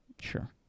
Sure